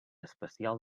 especial